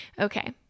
Okay